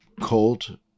cold